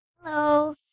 Hello